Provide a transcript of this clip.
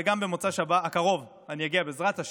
וגם במוצ"ש הקרוב אני אגיע בעזרת השם.